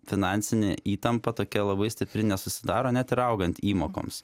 finansinė įtampa tokia labai stipri nesusidaro net ir augant įmokoms